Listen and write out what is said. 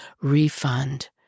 refund